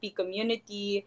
community